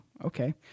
Okay